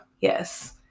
Yes